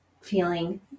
feeling